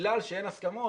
בגלל שאין הסכמות